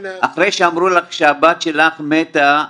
אחרי שאמרו לך שהבת שלך מתה,